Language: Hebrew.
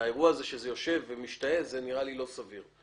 האירוע הזה שזה יושב ומשתהה נראה לא סביר.